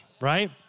right